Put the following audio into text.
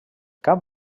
cap